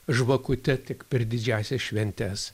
žvakute tik per didžiąsias šventes